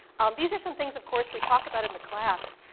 um these are some things, of course, we talk about in the class.